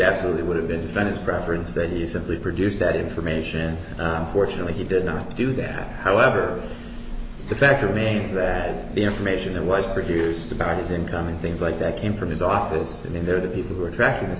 absolutely would have been found his preference that he simply produced that information unfortunately he did not do that however the fact remains that the information that was produced about his income and things like that came from his office in there the people who were tracking